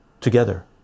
together